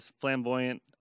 flamboyant